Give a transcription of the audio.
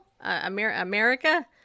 America